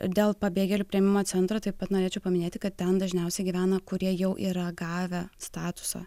dėl pabėgėlių priėmimo centro taip pat norėčiau paminėti kad ten dažniausiai gyvena kurie jau yra gavę statusą